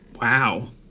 wow